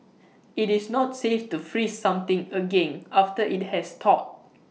IT is not safe to freeze something again after IT has thawed